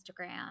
Instagram